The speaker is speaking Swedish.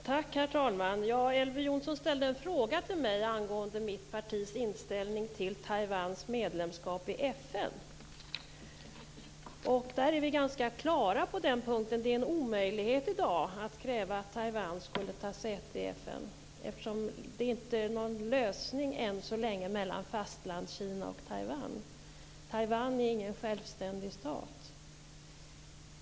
Herr talman! Elver Jonsson ställde en fråga till mig angående mitt partis inställning till Taiwans medlemskap i FN. Vi är ganska klara på den punkten: Det är i dag en omöjlighet att kräva att Taiwan skulle ta säte i FN, eftersom det än så länge inte föreligger någon lösning mellan Fastlandskina och Taiwan. Taiwan är inte en självständig stat.